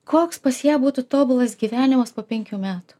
koks pas ją būtų tobulas gyvenimas po penkių metų